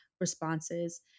responses